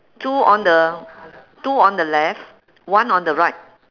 two on the two on the left one on the right